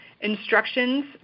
instructions